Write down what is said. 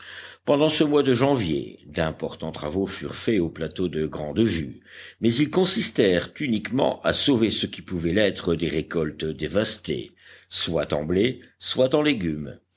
pendant ce mois de janvier d'importants travaux furent faits au plateau de grande vue mais ils consistèrent uniquement à sauver ce qui pouvait l'être des récoltes dévastées soit en blé soit en légumes